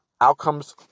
outcomes